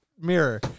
mirror